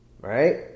right